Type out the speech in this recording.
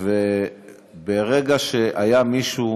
וברגע שהיה מישהו